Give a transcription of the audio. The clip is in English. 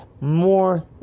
More